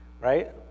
right